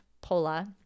Pola